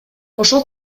ошол